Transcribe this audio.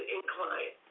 incline